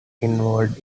involved